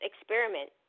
experiment